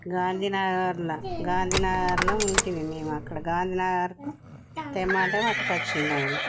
గాంధీనగరలో గాంధీనగరలో ఉన్నాము మేము అక్కడ గాంధీనగర్ తెమ్మంటే పట్టుకొచ్చాడు ఆయన